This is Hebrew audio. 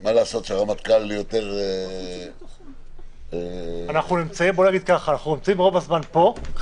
מה לעשות שרמטכ"ל יותר --- בוא נגיד ככה: אנחנו נמצאים רוב הזמן פה,